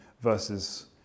versus